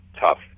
tough